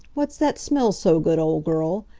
what's that smells so good, old girl?